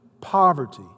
poverty